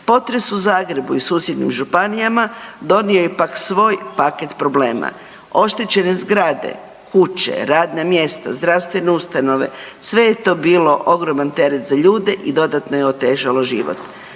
Potres u Zagrebu i susjednim županijama donio je pak svoj paket problema. Oštećene zgrade, kuće, radna mjesta, zdravstvene ustanove sve je to bilo ogroman teret za ljude i dodatno je otežalo život.